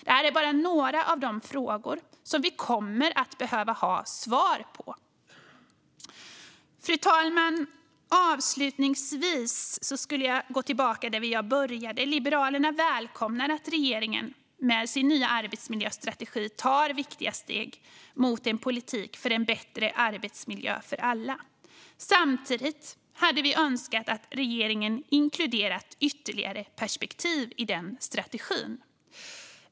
Det här är bara några av de frågor som vi behöver få svar på. Fru talman! Avslutningsvis vill jag gå tillbaka till där jag började. Liberalerna välkomnar att regeringen med sin nya arbetsmiljöstrategi tar viktiga steg mot en politik för en bättre arbetsmiljö för alla. Samtidigt hade vi önskat att regeringen inkluderat ytterligare perspektiv i den strategin.